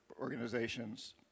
organizations